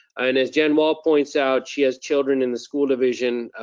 and as jen wall points out, she has children in the school division,